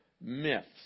myths